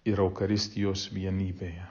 ir eucharistijos vienybėje